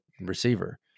receiver